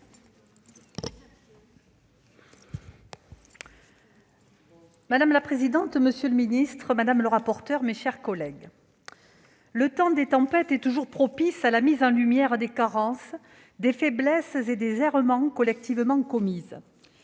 Madame la présidente, monsieur le secrétaire d'État, mes chers collègues, le temps des tempêtes est toujours propice à la mise en lumière des carences, des faiblesses et des errements collectivement commis.